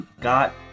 got